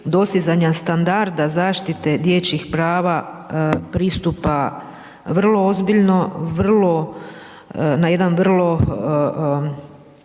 dostizanja standarda zaštite dječjih prava pristupa vrlo ozbiljno, vrlo, na jedan vrlo